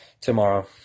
tomorrow